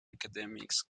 academics